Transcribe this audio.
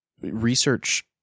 research